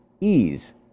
ease